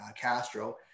Castro